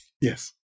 Yes